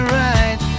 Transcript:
right